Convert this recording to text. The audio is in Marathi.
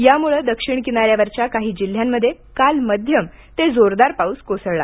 यामुळं दक्षिण किनाऱ्यावरच्या काही जिल्ह्यांमध्ये काल मध्यम ते जोरदार पाऊस कोसळला